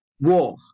War